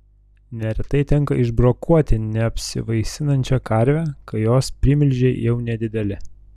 neretai tenka išbrokuoti neapsivaisinančią karvę kai jos primilžiai jau nedideli